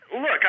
look